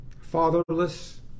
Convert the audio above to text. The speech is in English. fatherless